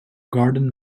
garden